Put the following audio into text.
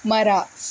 ಮರ